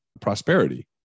prosperity